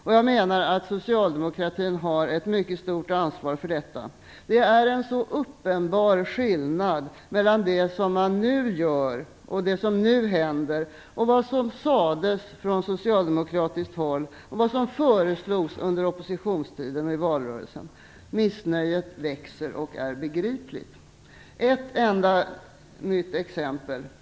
För detta har Socialdemokraterna ett mycket stort ansvar. Det är en så uppenbar skillnad mellan det som man nu gör, det som nu händer och vad som sades från socialdemokratiskt håll och vad som föreslogs under oppositionstiden och i valrörelsen. Missnöjet växer, och det är begripligt. Jag kan ta ett enda nytt exempel.